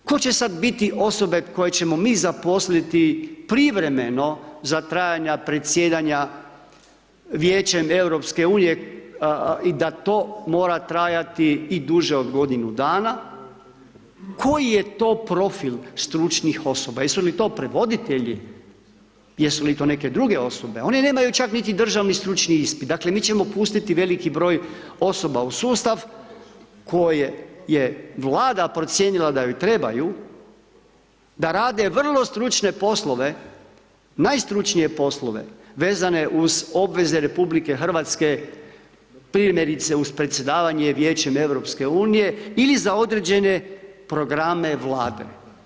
Tko će sad biti osobe koje ćemo mi zaposliti privremeno za trajanja predsjedanja Vijećem EU i da to mora trajati i duže od godinu dana, koji je to profil stručnih osoba, jesu li to prevoditelji, jesu li to neke druge osobe, one nemaju čak niti državni stručni ispit, dakle mi ćemo pustiti veliki broj osoba u sustav koje je Vlada procijenila da joj trebaju, da rade vrlo stručne poslove, najstručnije poslove vezane uz obveze RH primjerice uz predsjedavanjem Vijećem EU ili za određene programe Vlade.